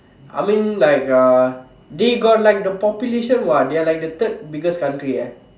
I mean like uh they got like the population what they are like the third biggest country eh